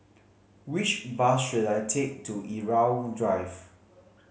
which bus should I take to Irau Drive